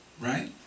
Right